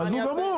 מה אני אעשה?